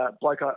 bloke